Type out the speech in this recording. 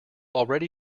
already